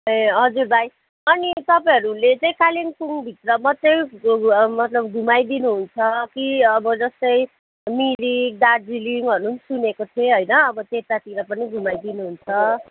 ए हजुर भाइ अनि तपाईँहरूले चाहिँ कालिम्पोङभित्र मात्रै घु मतलब घुमाइदिनु हुन्छ कि अब जस्तै मिरिक दार्जिलिङहरू पनि सुनेको थिएँ होइन अब त्यतातिर पनि घुमाइदिनुहुन्छ